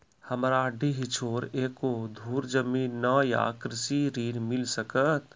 हमरा डीह छोर एको धुर जमीन न या कृषि ऋण मिल सकत?